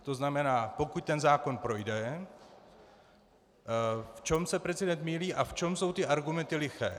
To znamená, pokud ten zákon projde, v čem se prezident mýlí a v čem jsou ty argumenty liché.